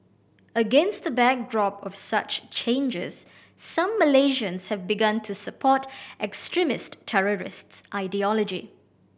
against the backdrop of such changes some Malaysians have begun to support extremist terrorist ideology